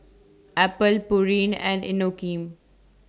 Apple Pureen and Inokim